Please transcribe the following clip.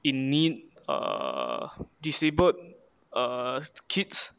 in need err disabled err kids